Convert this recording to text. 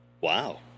Wow